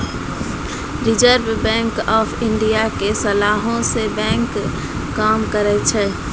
reserve Bank of India के सलाहे से बैंक काम करै छै